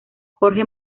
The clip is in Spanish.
jorge